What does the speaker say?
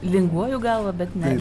linguoju galvą bet ne